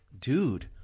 dude